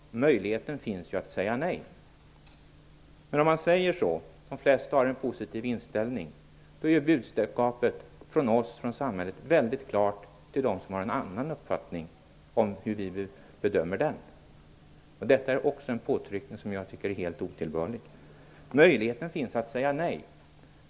Men om man säger att de flesta har en positiv inställning är budskapet - från oss, från samhället - om hur vi bedömer deras uppfattning väldigt klart. Det är också en påtryckning som jag tycker är helt otillbörlig. Ingrid Andersson sade vidare: Möjligheten finns ju att säga nej.